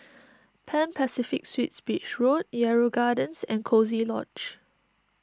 Pan Pacific Suites Beach Road Yarrow Gardens and Coziee Lodge